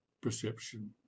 perception